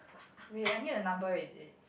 wait I need a number is it